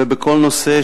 ובכל נושא